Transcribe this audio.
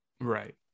right